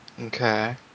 Okay